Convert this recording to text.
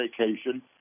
vacation